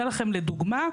אתן לכם דוגמה,